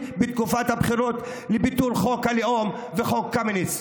בתקופת הבחירות לביטול חוק הלאום וחוק קמיניץ.